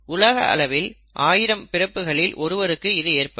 உலக அளவில் ஆயிரம் பிறப்புகளில் ஒருவருக்கு இது ஏற்படும்